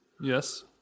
yes